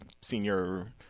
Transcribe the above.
senior